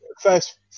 first